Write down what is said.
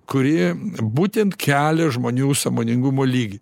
kuri būtent kelia žmonių sąmoningumo lygį